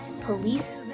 police